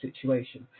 situation